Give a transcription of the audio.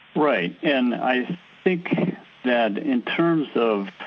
right and i think that in terms of